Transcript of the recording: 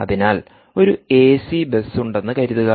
അതിനാൽ ഒരു A C bus ഉണ്ടെന്ന് കരുതുക